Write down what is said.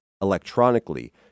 electronically